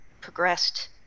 progressed